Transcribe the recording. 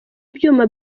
ibyuma